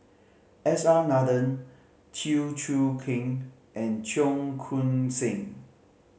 S R Nathan Chew Choo Keng and Cheong Koon Seng